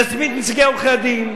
נזמין את נציגי עורכי-הדין,